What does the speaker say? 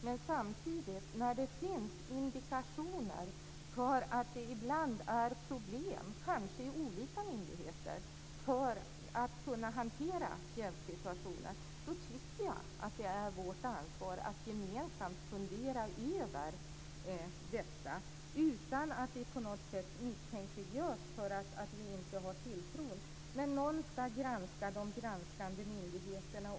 När det samtidigt finns indikationer på att det ibland är problem, kanske i olika myndigheter, med att kunna hantera jävssituationer då tycker jag att det är vårt ansvar att gemensamt fundera över detta utan att vi på något sätt misstänkliggörs för att inte ha tilltro. Men någon ska också granska de granskande myndigheterna.